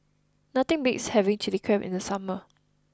nothing beats having Chilli Crab in the summer